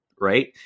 Right